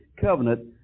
covenant